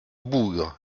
bougre